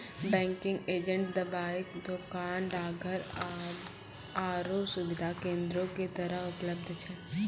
banking agent दबाइ दोकान, डाकघर आरु सुविधा केन्द्रो के तरह उपलब्ध छै